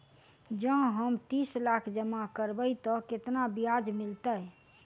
जँ हम तीस लाख जमा करबै तऽ केतना ब्याज मिलतै?